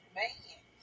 man